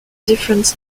different